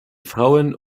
frauen